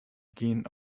gen